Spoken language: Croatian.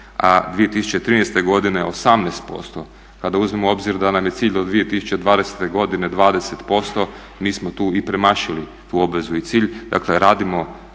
a 2013. godine 18%. Kada uzmemo u obzir da nam je cilj do 2020. godine 20% mi smo tu i premašili tu obvezu i cilj. Dakle, radimo